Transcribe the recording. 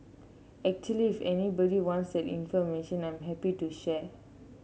actually if anybody wants that information I'm happy to share